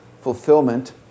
fulfillment